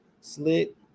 slit